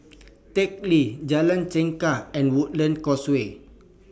Teck Lee Jalan Chengkek and Woodlands Causeway